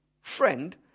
Friend